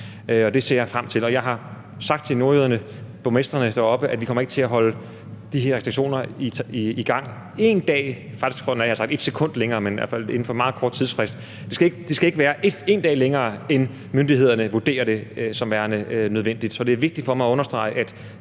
og det ser jeg frem til. Jeg har sagt til nordjyderne, til borgmestrene deroppe, at vi ikke kommer til at holde de her restriktioner i gang én dag længere – faktisk fik jeg nok sagt ét sekund længere, i hvert fald et meget kort tidsrum – end myndighederne vurderer det som værende nødvendigt. Så det er vigtigt for mig at understrege, at